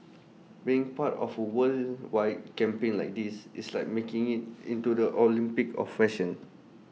being part of worldwide campaign like this it's like making IT into the Olympics of fashion